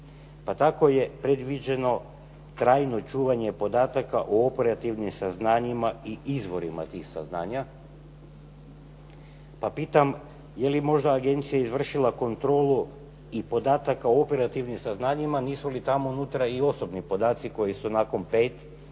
Pa tako je predviđeno trajno čuvanje podataka o operativnim saznanjima i izvorima tih saznanja. Pa pitam, je li možda agencija izvršila kontrolu i podataka o operativnim saznanjima. Nisu li tamo unutra i osobni podaci koji su nakon pet